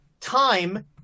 time